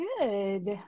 good